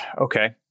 okay